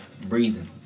breathing